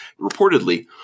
Reportedly